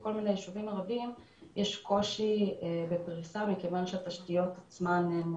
בכל מיני יישובים ערביים יש קושי בפריסה מכיוון שהתשתיות עצמן הן